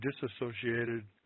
disassociated